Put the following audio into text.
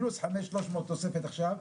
פלוס 5,300 תוספת עכשיו,